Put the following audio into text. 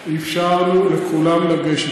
אנחנו אפשרנו לכולם לגשת,